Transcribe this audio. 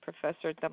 Professor